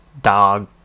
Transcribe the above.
dog